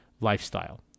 lifestyle